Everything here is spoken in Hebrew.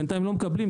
בינתיים לא מקבלים,